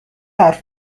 حرف